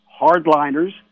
hardliners